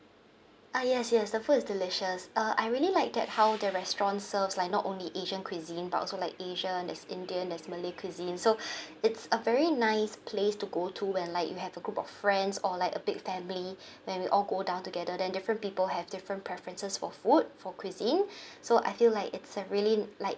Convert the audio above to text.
ah yes yes the food is delicious uh I really like that how the restaurant serves like not only asian cuisine but also like asian there's indian there's malay cuisine so it's a very nice place to go to when like you have a group of friends or like a big family when we all go down together then different people have different preferences for food for cuisine so I feel like it's a really like